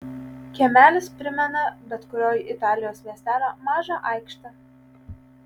kiemelis primena bet kurio italijos miestelio mažą aikštę